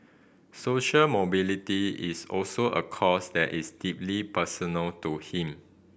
social mobility is also a cause that is deeply personal to him